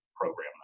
Program